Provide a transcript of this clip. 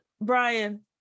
brian